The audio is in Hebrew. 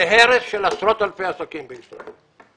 להרס של עשרות אלפי עסקים בישראל.